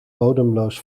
bodemloos